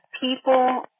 people